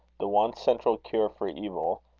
the one central cure for evil,